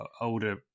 older